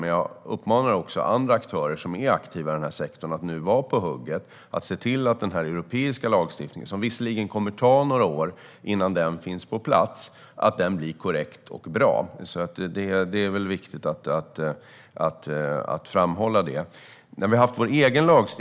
Men jag uppmanar också andra aktörer som är aktiva i sektorn att vara på hugget nu - det är viktigt att framhålla det - och se till att den europeiska lagstiftningen blir korrekt och bra även om det kommer att ta några år innan den finns på plats.